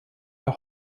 der